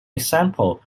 example